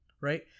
right